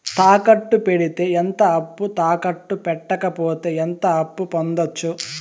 తాకట్టు పెడితే ఎంత అప్పు, తాకట్టు పెట్టకపోతే ఎంత అప్పు పొందొచ్చు?